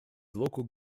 local